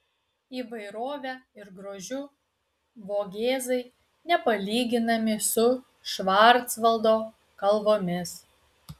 įvairove ir grožiu vogėzai nepalyginami su švarcvaldo kalvomis